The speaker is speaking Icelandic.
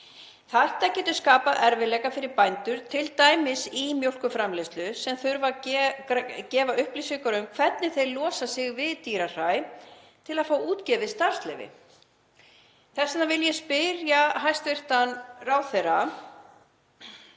Þetta getur skapað erfiðleika fyrir bændur, t.d. í mjólkurframleiðslu, sem þurfa að gefa upplýsingar um hvernig þeir losa sig við dýrahræ til að fá útgefið starfsleyfi. Þess vegna vil ég spyrja hæstv. ráðherra: